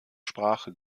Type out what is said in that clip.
sprache